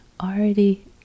already